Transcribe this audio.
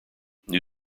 new